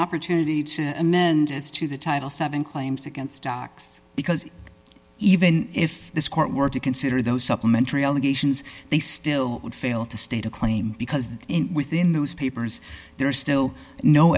opportunity to amend as to the title seven claims against docs because even if this court were to consider those supplementary allegations they still would fail to state a claim because in within those papers there is still no